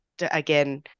again